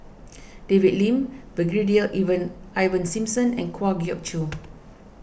David Lim Brigadier Ivan Ivan Simson and Kwa Geok Choo